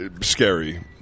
scary